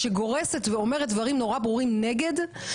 שגורסת ואומרת דברים נורא ברורים נגד,